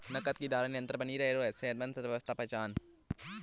नकद की धारा निरंतर बनी रहना सेहतमंद अर्थव्यवस्था की पहचान है